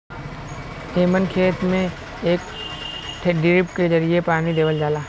एमन खेत में एक ठे ड्रिप के जरिये पानी देवल जाला